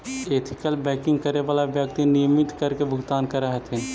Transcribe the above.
ethical banking करे वाला व्यक्ति नियमित कर के भुगतान करऽ हथिन